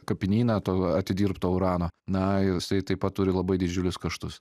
kapinyną to atidirbto urano na jisai taip pat turi labai didžiulius kaštus